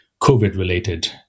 COVID-related